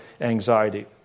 anxiety